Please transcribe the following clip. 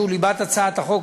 שהוא ליבת הצעת חוק,